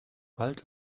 bald